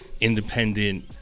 independent